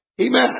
Amen